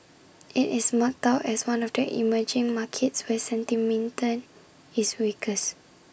IT is marked out as one of the emerging markets where sentiment is weakest